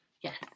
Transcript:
Yes